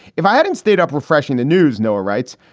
if i hadn't stayed up refreshing the news, noah writes,